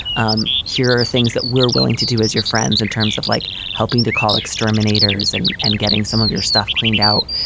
um here are things that we're willing to do as your friends in terms of like helping to call exterminators and and getting some of your stuff cleaned out.